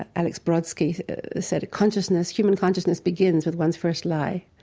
alex brodsky said, consciousness human consciousness begins with one's first lie.